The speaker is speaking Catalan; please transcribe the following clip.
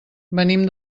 venim